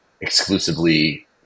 exclusively